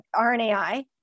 RNAi